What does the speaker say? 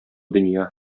дөнья